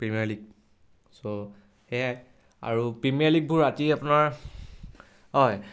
premier league চ' সেয়াই আৰু প্ৰিমিয়াৰ লীগবোৰ ৰাতি আপোনাৰ হয়